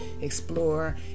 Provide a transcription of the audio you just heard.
explore